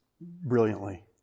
brilliantly